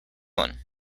one